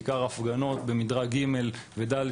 בעיקר הפגנות במדרג ג' ו-ד',